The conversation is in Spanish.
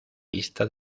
vista